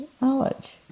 knowledge